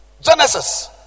Genesis